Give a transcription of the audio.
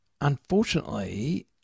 unfortunately